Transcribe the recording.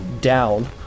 down